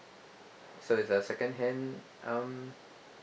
so it's a second hand um